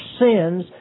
sins